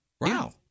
Wow